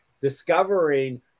discovering